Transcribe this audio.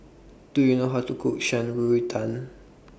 Do YOU know How to Cook Shan Rui Tang